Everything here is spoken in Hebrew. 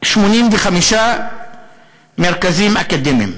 85 מרכזים אקדמיים,